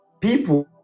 people